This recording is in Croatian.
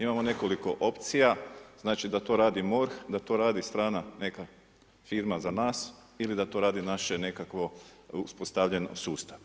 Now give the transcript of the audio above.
Imamo nekoliko opcija, znači da to radi MORH, da to radi strana neka firma za nas ili da to radi naš nekako uspostavljen sustav.